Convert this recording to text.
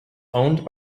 owned